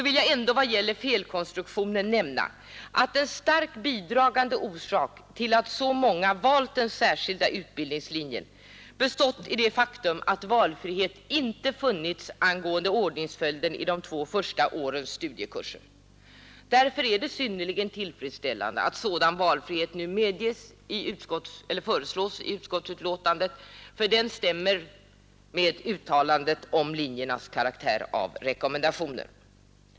I vad gäller felkonstruktionen vill jag särskilt nämna att en starkt bidragande orsak till att så många studerande har valt särskild utbildningslinje varit, att valfrihet inte har funnits angående ordningsföljden i de två första årens studiekurser. Därför är det synnerligen tillfredsställande att sådan valfrihet nu föreslås i utskottsbetänkandet. Den stämmer med uttalandet om linjernas karaktär av rekommendationer.